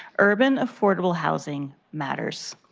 urban affordable housing matters.